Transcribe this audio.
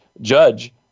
judge